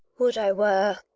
would i were.